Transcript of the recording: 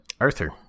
Arthur